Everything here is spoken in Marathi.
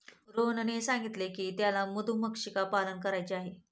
रोहनने सांगितले की त्याला मधुमक्षिका पालन करायचे आहे